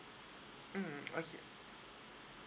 mm okay